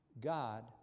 God